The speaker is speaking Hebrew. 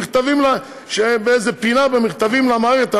באיזו פינה במכתבים למערכת,